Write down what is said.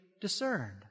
discerned